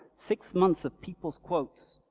six months of people's quotes.